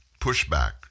pushback